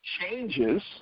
changes